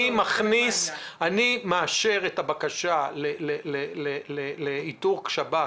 אני מאשר את הבקשה לאיתור שב"כ,